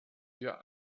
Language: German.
wir